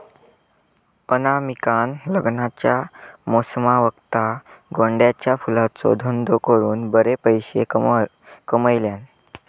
अनामिकान लग्नाच्या मोसमावक्ता गोंड्याच्या फुलांचो धंदो करून बरे पैशे कमयल्यान